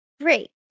Great